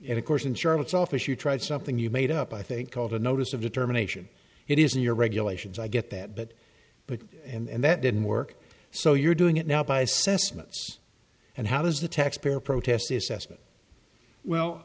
and of course in charlotte's office you tried something you made up i think called a notice of determination it isn't your regulations i get that but but and that didn't work so you're doing it now by assessments and how does the taxpayer protest